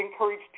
encourage